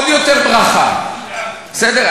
בסדר.